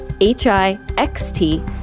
h-i-x-t